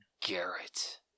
Garrett